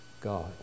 God